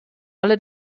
alle